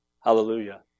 Hallelujah